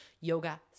yoga